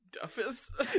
Duffus